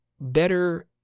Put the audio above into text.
better